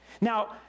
Now